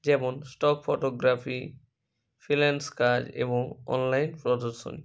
যেমন stock photography freelance কাজ এবং অনলাইন